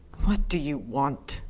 what do you want?